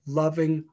loving